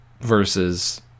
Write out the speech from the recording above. Versus